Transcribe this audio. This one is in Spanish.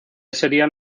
serían